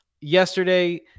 yesterday